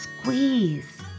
squeeze